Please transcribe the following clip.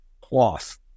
cloth